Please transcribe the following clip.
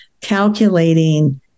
calculating